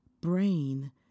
brain